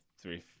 three